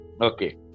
Okay